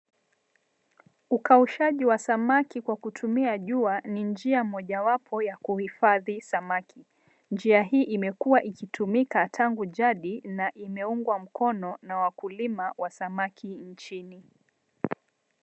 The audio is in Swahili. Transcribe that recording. Ukaushaji wa samaki kwa kutumia jua ni njia mojawapo ya kuhifadhi samaki, njia hii imekuwa ikitumika tangu jadi na imeungwa mkono na wakulima wa samaki nchini.